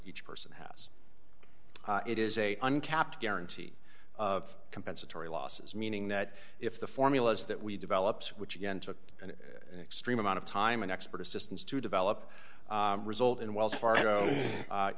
each person has it is a uncapped guarantee of compensatory losses meaning that if the formulas that we developed which again took an extreme amount of time and expert assistance to develop result in wells fargo